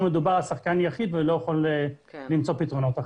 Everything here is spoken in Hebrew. מדובר על שחקן יחיד שלא יכול למצוא פתרונות אחרים.